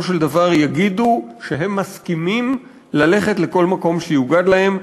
של דבר יגידו שהם מסכימים ללכת לכל מקום שיוגד להם,